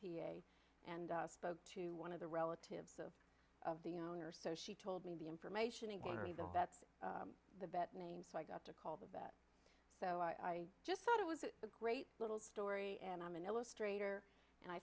a and spoke to one of the relatives of the owner so she told me the information and that's the best name so i got to call the vet so i just thought it was a great little story and i'm an illustrator and i